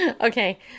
Okay